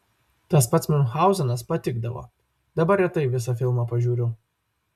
tas pats miunchauzenas patikdavo dabar retai visą filmą pažiūriu